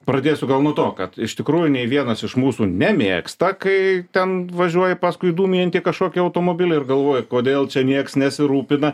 pradėsiu gal nuo to kad iš tikrųjų nei vienas iš mūsų nemėgsta kai ten važiuoji paskui dūmijantį kažkokį automobilį ir galvoji kodėl čia nieks nesirūpina